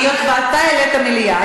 היות שאתה העלית מליאה,